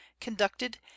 conducted